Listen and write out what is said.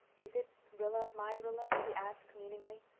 is it rilla-my-rilla? he asked, meaningly.